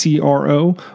CRO